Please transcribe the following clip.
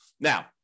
Now